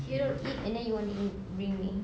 you don't eat and then you want to eat bring me